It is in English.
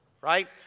right